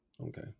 okay